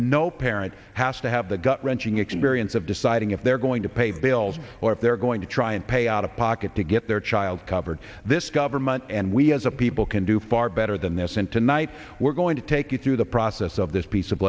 no parent has to have the gut wrenching experience of deciding if they're going to pay bills or if they're going to try and pay out of pocket to get their child covered this government and we as a people can do far better than this and tonight we're going to take you through the process of this piece of